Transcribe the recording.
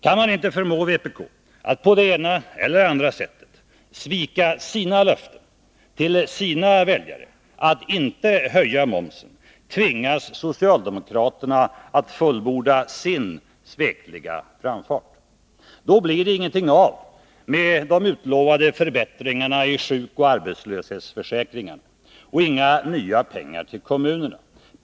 Kan man inte förmå vpk att på det ena eller andra sättet svika sina löften till sina väljare att inte höja momsen, tvingas socialdemokraterna att fullborda sin svekliga framfart. Då blir det ingenting av med de utlovade förbättringarna i sjukoch arbetslöshetsförsäkringen och inga nya pengar till kommunerna.